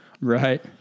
Right